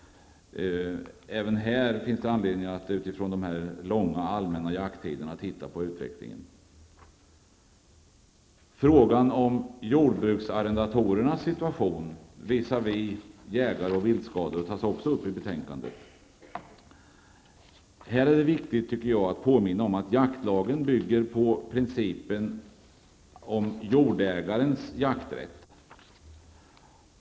Även här finns det anledning att se på utvecklingen mot bakgrund av de långa allmänna jakttiderna. Frågan om jordbruksarrendatorernas situation visavi jägare och viltskador tas också upp i betänkandet. Här är det enligt min mening viktigt att påminna om att jaktlagen bygger på principen om jordägarens jakträtt.